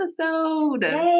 episode